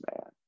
man